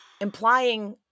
implying